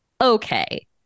okay